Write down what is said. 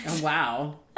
Wow